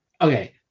Okay